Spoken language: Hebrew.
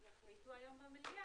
הנושא היום חלף